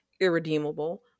irredeemable